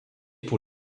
pour